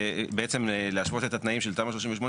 בעצם להשוות את התנאים של תמ"א 38,